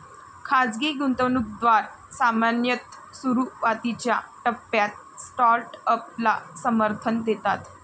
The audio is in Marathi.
खाजगी गुंतवणूकदार सामान्यतः सुरुवातीच्या टप्प्यात स्टार्टअपला समर्थन देतात